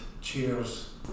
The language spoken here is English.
Cheers